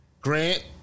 Grant